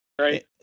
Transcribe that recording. Right